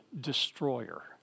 destroyer